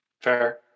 Fair